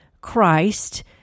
Christ